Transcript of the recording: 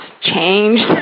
changed